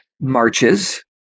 marches